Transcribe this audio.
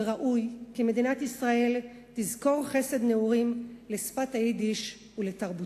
וראוי כי מדינת ישראל תזכור חסד נעורים לשפת היידיש ולתרבותה.